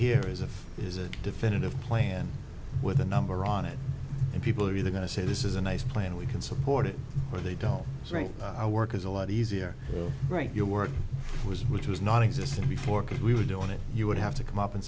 here is a is a definitive plan with a number on it and people are either going to say this is a nice plan we can support it or they don't write i work is a lot easier to write your word was which was not existed before because we were doing it you would have to come up and